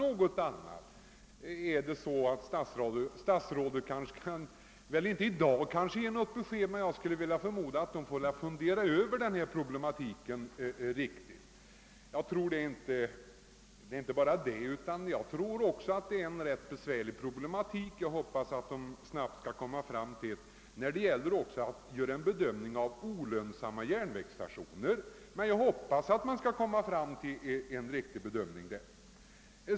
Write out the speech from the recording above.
Statsrådet kanske i dag inte kan ge något besked, men jag skulle förmoda att kommunikationsdepartementet får fundera över den problematik som uppstått. Jag tror att denna är ganska besvärlig, men jag hoppas att den snabbt skall kunna lösas. Det gäller här också att kunna göra en bedömning av olönsamma järnvägsstationer, och här hoppas jag att man skall kunna komma fram till en riktig bedömning.